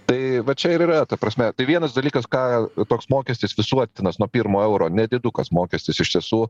tai vat čia ir yra ta prasme tai vienas dalykas ką toks mokestis visuotinas nuo pirmo euro nedidukas mokestis iš tiesų